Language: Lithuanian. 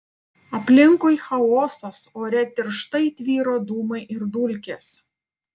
aplinkui chaosas ore tirštai tvyro dūmai ir dulkės